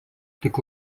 tik